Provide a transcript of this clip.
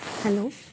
hello